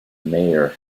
mair